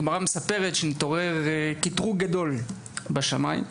הגמרא מספרת שהתעורר קטרוג גדול בשמיים,